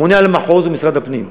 הממונה על המחוז הוא משרד הפנים.